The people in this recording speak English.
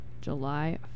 July